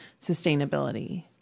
sustainability